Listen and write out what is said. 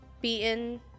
beaten